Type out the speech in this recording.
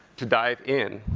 to dive in.